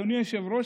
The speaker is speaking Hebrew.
אדוני היושב-ראש,